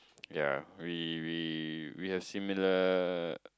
ya we we we are similar